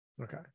Okay